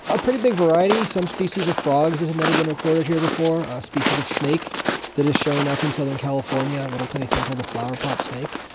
a pretty big variety. some species of frogs that had never been reported here before, a species of snake that is showing up in southern california, a little tiny thing called the flowerpot snake,